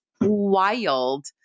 wild